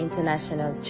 International